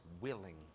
willing